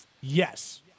Yes